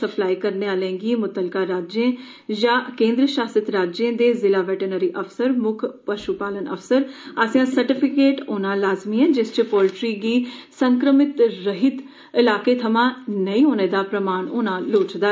supply करने आले गी मुतलका राज्य यां केन्द्र शासत राज्यें दे जिला वैटीनिरी अफसरें मुक्ख पशु पालन अफसर आस्सेआ सर्टिफिकेट होना लाज़मी ऐ जिस च पोल्टरी गी संक्रमण रहित इलाके थमां नेई होने दा प्रमाण होना लोड़चदा ऐ